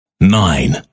nine